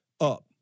up